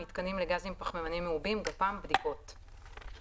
"מיתקנים לגזים פחמימניים מעובים (גפ"מ): בדיקות".